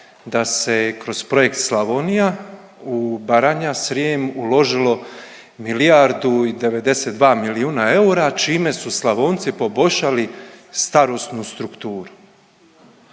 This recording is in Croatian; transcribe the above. da se kroz projekt Slavonija, Baranja, Srijem uložilo milijardu i 92 milijuna eura, čime su Slavonci poboljšali starosnu strukturu.